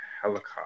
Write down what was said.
helicopter